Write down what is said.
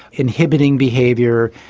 inhibiting behaviour,